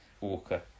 Walker